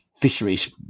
fisheries